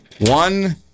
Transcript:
one